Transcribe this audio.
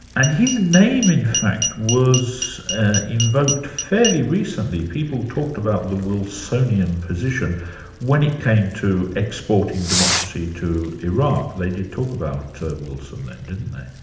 and his name in fact, was invoked fairly recently people talked about the wilsonian position when it came to exporting democracy to iraq. they did talk about wilson then, didn't they?